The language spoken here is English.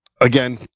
again